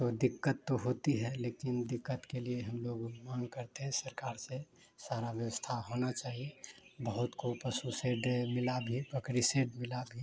तो दिक़्क़त तो होती है लेकिन दिक़्क़त के लिए हम लोग माँग करते हैं सरकार से सारी व्यवस्था होनी चाहिए बहुत को पशु से डेर मिला भी बकरी सेड मिला भी